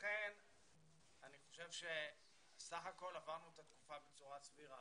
לכן אני חושב שבסך הכול עברנו את התקופה בצורה סבירה.